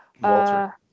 Walter